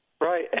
Right